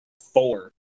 Four